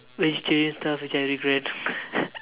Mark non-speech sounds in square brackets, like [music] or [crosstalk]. vegetarian stuff whih I regret [laughs]